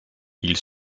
ils